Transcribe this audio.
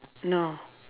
no